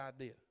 idea